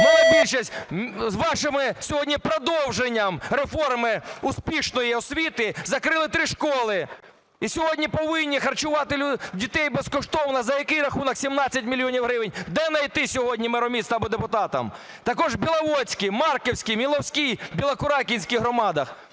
нова більшість з вашим сьогодні продовженням реформи "успішної освіти" закрили три школи. І сьогодні повинні харчувати дітей безкоштовно, за який рахунок, 17 мільйонів гривень, де знайти сьогодні меру міста або депутатам? Також в Біловодській, Марківській, Міловській, Білокуракинській громадах,